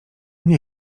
nie